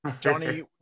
Johnny